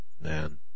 Man